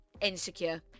insecure